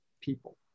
people